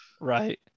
Right